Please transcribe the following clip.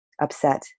upset